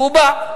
והוא בא.